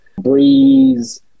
Breeze